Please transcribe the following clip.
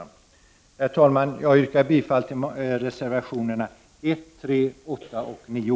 Herr talman! Jag yrkar bifall till reservationerna 1, 3, 8 och 9.